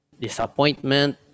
disappointment